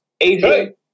Adrian